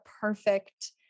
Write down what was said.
perfect